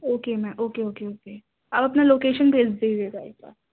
okay ma'am okay okay okay آپ اپنا location بھیج دیجیے گا ایک بار